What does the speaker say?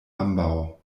ambaŭ